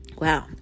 wow